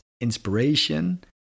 inspiration